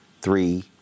three